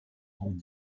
bons